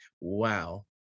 wow